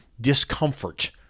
discomfort